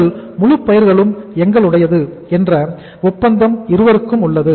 உங்கள் முழு பயிர்களும் எங்களுடையது என்ற ஒப்பந்தம் இருவருக்கும் உள்ளது